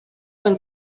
del